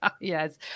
Yes